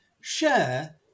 share